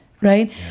right